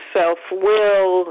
self-will